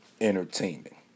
Entertainment